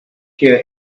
hear